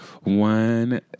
One